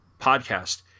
podcast